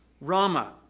Rama